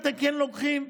אתם כן לוקחים,